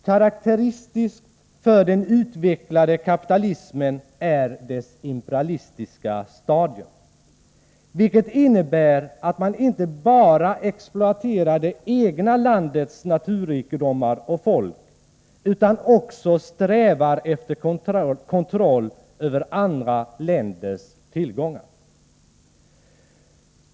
Karakteristiskt för den utvecklade kapitalismen är dess imperialistiska stadium, vilket innebär att man inte bara exploaterar det egna landets naturrikedomar och folk utan också strävar efter kontroll över andra länders tillgångar.